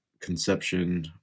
conception